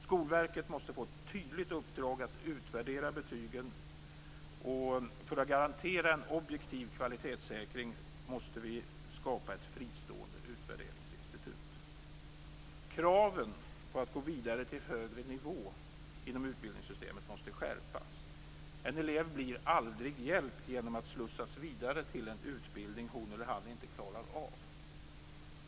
Skolverket måste få ett tydligt uppdrag att utvärdera betygen. För att garantera en objektiv kvalitetssäkring måste vi skapa ett fristående utvärderingsinstitut. Kraven för att gå vidare till en högre nivå inom utbildningssystemet måste skärpas. En elev blir aldrig hjälpt genom att slussas vidare till en utbildning hon eller han inte klarar av.